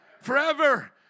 Forever